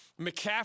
McCaffrey